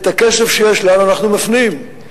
כסף שיש לנו אנחנו מפנים,